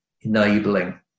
enabling